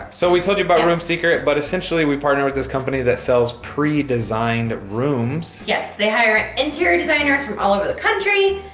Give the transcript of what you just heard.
so we told you about room secret, but essentially we partnered with this company that sells pre-designed rooms. yes, they hire interior designers from all over the country.